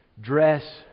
dress